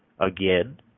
again